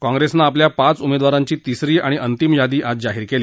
काँग्रेसनं आपल्या पाच उमेदवारांची तिसरी आणि अंतिम यादी आज जाहीर केली